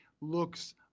looks